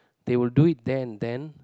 they will do it there and then